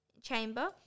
chamber